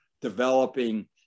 developing